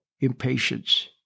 impatience